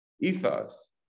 ethos